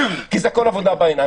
כי הכול עבודה בעיניים.